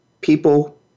people